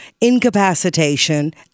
incapacitation